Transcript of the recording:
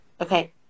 Okay